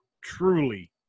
truly